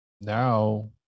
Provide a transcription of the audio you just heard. now